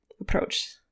approach